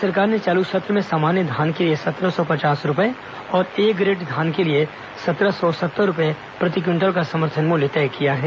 केंद्र सरकार ने चालू सत्र में सामान्य धान के लिए सत्रह सौ पचास रूपये और ए ग्रेड धान के लिए सत्रह सौ सत्तर रूपये प्रति क्विंटल का समर्थन मूल्य तय किया है